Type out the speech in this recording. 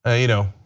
ah you know.